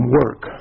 work